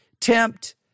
tempt